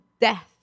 death